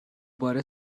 بار